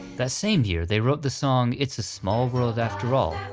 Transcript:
that same year they wrote the song it's a small world after all,